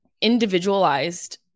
individualized